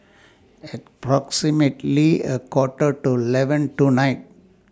approximately A Quarter to eleven tonight